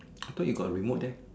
I thought you got a remote there